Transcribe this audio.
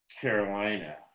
Carolina